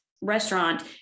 restaurant